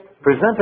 presented